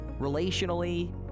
relationally